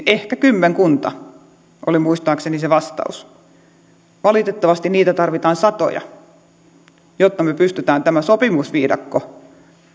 ehkä kymmenkunta oli muistaakseni se vastaus valitettavasti niitä tarvitaan satoja jotta me pystymme tämän sopimusviidakon